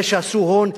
אלה שעשו הון,